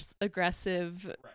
aggressive